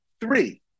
Three